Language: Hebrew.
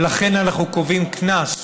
ולכן אנחנו קובעים קנס,